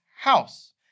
house